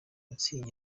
mutzig